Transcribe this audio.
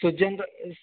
ସୂର୍ଯ୍ୟଙ୍କ